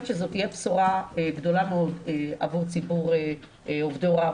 שזאת תהיה בשורה גדולה מאוד עבור ציבור עובדי ההוראה,